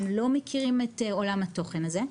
הם לא מכירים את עולם התוכן הזה,